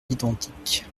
identiques